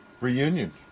reunion